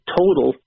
total